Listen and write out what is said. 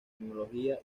tecnología